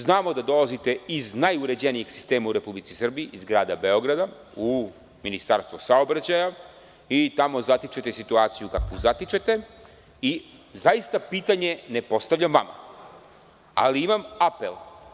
Znamo da dolazite iz najuređenijeg sistema u Republici Srbiji, iz Grada Beograda u Ministarstvo saobraćaja i tamo zatičete situaciju situaciju kakvu zatičete i zaista pitanje ne postavljam vama, ali imam apel.